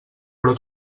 però